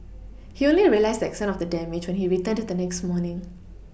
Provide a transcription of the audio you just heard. he only realised the extent of the damage when he returned the next morning